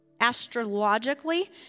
astrologically